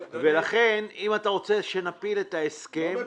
ולכן אם אתה רוצה שנפיל את ההסכם- -- אני לא מפיל.